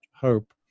hope